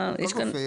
בסדר.